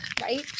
Right